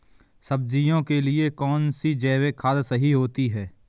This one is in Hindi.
सब्जियों के लिए कौन सी जैविक खाद सही होती है?